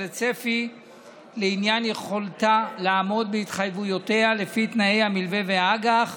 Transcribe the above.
לצפי לעניין יכולתה לעמוד בהתחייבויותיה לפי תנאי המלווה והאג"ח